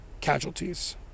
casualties